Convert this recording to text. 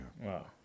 Wow